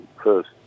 first